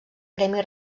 premi